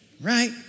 Right